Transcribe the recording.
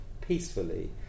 peacefully